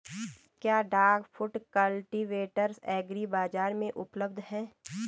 क्या duck foot cultivator agri बाज़ार में उपलब्ध है?